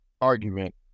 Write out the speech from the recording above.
argument